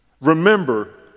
remember